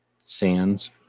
Sands